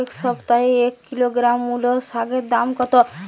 এ সপ্তাহে এক কিলোগ্রাম মুলো শাকের দাম কত?